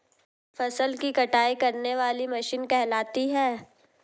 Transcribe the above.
फसल की कटाई करने वाली मशीन कहलाती है?